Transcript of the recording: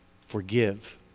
forgive